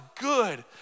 good